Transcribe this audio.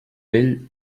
vell